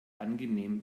angenehm